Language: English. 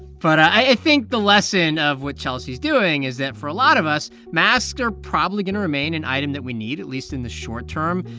but i think the lesson of what chelsea is doing is that for a lot of us, masks are probably going to remain an item that we need, at least in the short term.